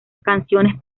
canciones